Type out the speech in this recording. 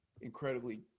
incredibly